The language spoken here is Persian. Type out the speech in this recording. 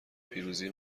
پیروزی